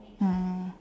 mm